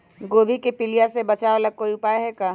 गोभी के पीलिया से बचाव ला कोई उपाय है का?